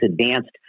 advanced